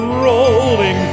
rolling